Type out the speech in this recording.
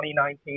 2019